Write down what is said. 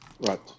Right